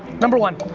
number one,